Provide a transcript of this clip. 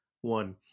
one